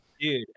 dude